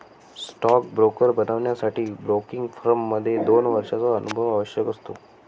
stock broker बनण्यासाठी broking firm मध्ये दोन वर्षांचा अनुभव आवश्यक असतो